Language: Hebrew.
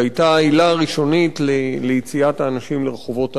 שהיתה העילה הראשונית ליציאת האנשים לרחובות הערים,